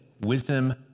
wisdom